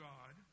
God